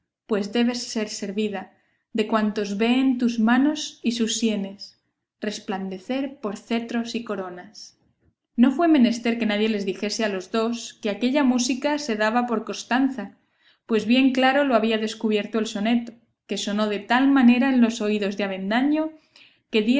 pues debes ser servida de cuantos veen sus manos y sus sienes resplandecer por cetros y coronas no fue menester que nadie les dijese a los dos que aquella música se daba por costanza pues bien claro lo había descubierto el soneto que sonó de tal manera en los oídos de avendaño que diera